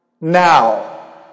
now